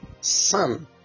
son